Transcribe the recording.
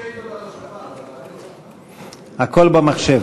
הכול במחשב.